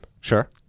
Sure